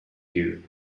you